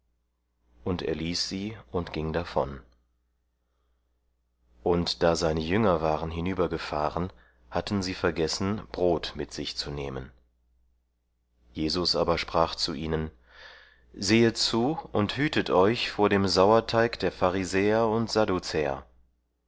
und er ließ sie und ging davon und da seine jünger waren hinübergefahren hatten sie vergessen brot mit sich zu nehmen jesus aber sprach zu ihnen sehet zu und hütet euch vor dem sauerteig der pharisäer und